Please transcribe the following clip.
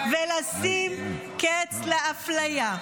ולשים קץ לאפליה.